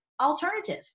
alternative